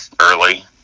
early